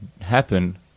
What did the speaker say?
happen